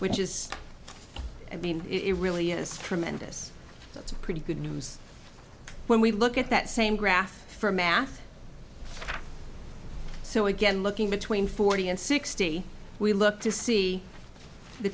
which is it really is tremendous that's a pretty good news when we look at that same graph for math so again looking between forty and sixty we look to see the